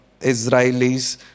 Israelis